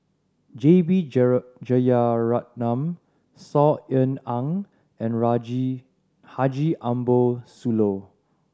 J B Jeyaretnam Saw Ean Ang and Raji Haji Ambo Sooloh